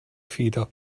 feder